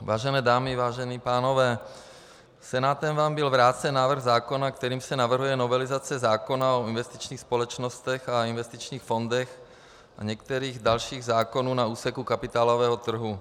Vážené dámy, vážení pánové, Senátem vám byl vrácen návrh zákona, kterým se navrhuje novelizace zákona o investičních společnostech a investičních fondech a některých dalších zákonů na úseku kapitálového trhu.